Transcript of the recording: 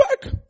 back